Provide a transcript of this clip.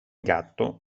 gatto